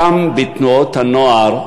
שם, בתנועות הנוער,